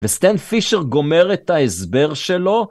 וסטיין פישר גומר את ההסבר שלו.